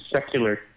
secular